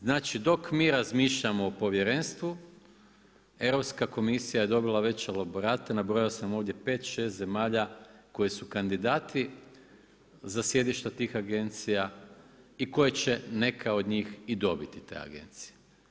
Znači dok mi razmišljamo o povjerenstvu, Europska komisija je dobila već elaborate, nabrojao sam ovdje 5, 6 zemalja koji su kandidati za sjedišta tih agencija i koje će neka od njih i dobiti te agencije.